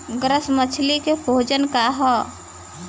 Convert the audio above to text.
Grass मछली के भोजन का ह?